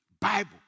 Bible